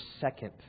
second